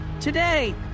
Today